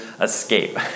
escape